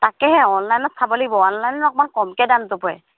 তাকেহে অনলাইনত চাব লাগিব অনলাইনত অকণমান কমকৈ দামটো পৰে